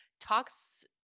talks